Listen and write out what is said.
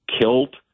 killed